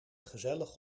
gezellig